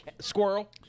Squirrel